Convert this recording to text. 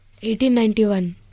1891